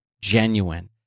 genuine